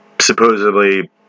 supposedly